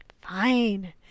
Fine